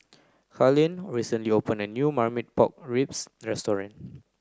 Carlene recently opened a new Marmite pork ribs restaurant